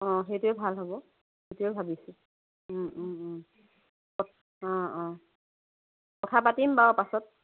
অ সেইটোৱে ভাল হ'ব সেইটোৱে ভাবিছোঁ ওম ওম ওম অ অ কথা পাতিম বাৰু পাছত